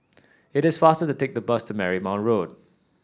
it is faster to take the bus to Marymount Road